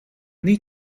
need